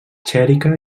xèrica